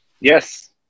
Yes